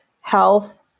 health